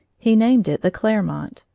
he named it the clermont,